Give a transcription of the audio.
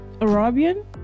Arabian